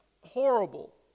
horrible